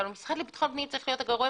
אבל המשרד לביטחון פנים צריך להיות הגורם